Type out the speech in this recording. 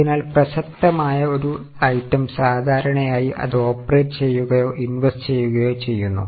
അതിനാൽ പ്രസക്തമായ ഒരു ഐറ്റം സാധാരണയായി അത് ഓപ്പറേറ്റ് ചെയ്യുകയോ ഇൻവെസ്റ്റ് ചെയ്യുകയോ ചെയ്യുന്നു